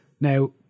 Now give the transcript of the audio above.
Now